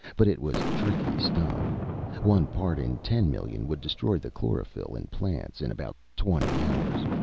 but it was tricky stuff one part in ten-million would destroy the chlorophyll in plants in about twenty hours,